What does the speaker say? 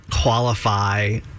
qualify